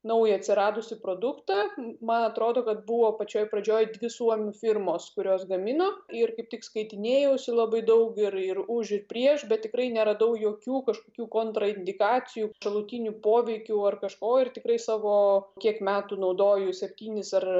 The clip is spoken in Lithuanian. naują atsiradusį produktą man atrodo kad buvo pačioj pradžioj dvi suomių firmos kurios gamino ir kaip tik skaitinėjausi labai daug ir ir ūž ir prieš bet tikrai neradau jokių kažkokių kontraindikacijų šalutinių poveikių ar kažko ir tikrai savo kiek metų naudoju septynis ar